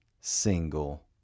single